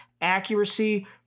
accuracy